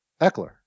Eckler